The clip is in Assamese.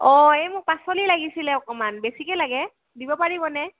অঁ মোক পাচলি লাগিছিলে অকণমান বেছিকৈ লাগে দিব পাৰিবনে